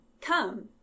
come